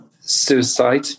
suicide